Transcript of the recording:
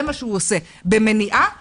זה מה שהוא עושה, במניעה ובטיפול.